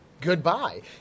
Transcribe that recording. Goodbye